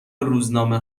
روزنامه